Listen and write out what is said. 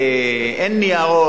אין ניירות,